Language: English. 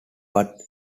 what